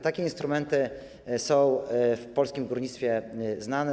Takie instrumenty są w polskim górnictwie znane.